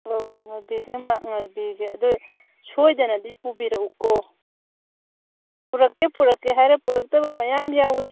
ꯑꯣ ꯉꯥꯏꯕꯤꯒꯦ ꯉꯥꯏꯕꯤꯒꯦ ꯑꯗꯨ ꯁꯣꯏꯗꯅꯗꯤ ꯄꯨꯕꯤꯔꯛꯎꯀꯣ ꯄꯨꯔꯛꯀꯦ ꯄꯨꯔꯛꯀꯦ ꯍꯥꯏꯔ ꯄꯨꯔꯛꯇꯕ ꯃꯌꯥꯝ ꯌꯥꯎꯏ